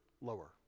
lower